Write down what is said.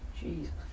Jesus